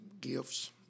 gifts